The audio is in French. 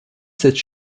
cette